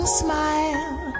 smile